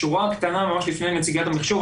שורה קטנה לפני נציגת המחשוב,